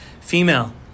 female